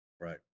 Right